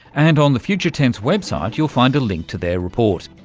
and on the future tense website you'll find a link to their report.